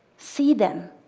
see them.